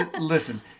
Listen